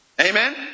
amen